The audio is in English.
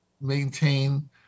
maintain